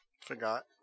Forgot